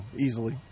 easily